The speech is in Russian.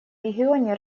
регионе